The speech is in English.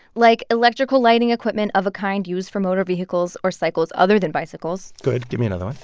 like electrical lighting equipment of a kind used for motor vehicles or cycles other than bicycles. good, give me another one.